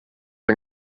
yng